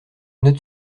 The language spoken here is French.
note